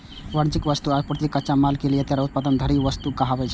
वाणिज्यिक वस्तु, आपूर्ति, कच्चा माल सं लए के तैयार उत्पाद धरि वस्तु कहाबै छै